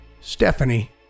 Stephanie